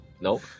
Nope